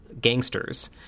gangsters